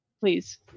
please